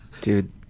Dude